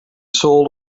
soul